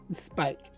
Spike